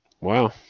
Wow